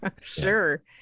sure